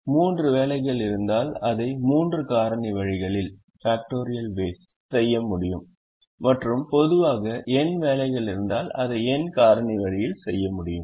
எனவே மூன்று வேலைகள் இருந்தால் அதை மூன்று காரணி வழிகளில் செய்ய முடியும் மற்றும் பொதுவாக n வேலைகள் இருந்தால் அதை n காரணி வழிகளில் செய்ய முடியும்